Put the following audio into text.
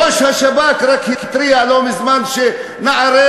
ראש השב"כ רק התריע לא מזמן שנערי,